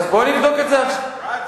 אז בוא נבדוק את זה, רצתי.